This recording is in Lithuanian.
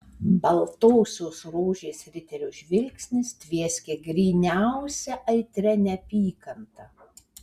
baltosios rožės riterio žvilgsnis tvieskė gryniausia aitria neapykanta